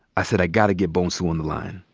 i said, i gotta get bonsu on the line.